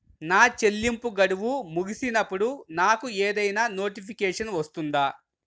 నా చెల్లింపు గడువు ముగిసినప్పుడు నాకు ఏదైనా నోటిఫికేషన్ వస్తుందా?